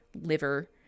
liver